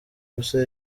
ubusa